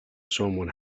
someone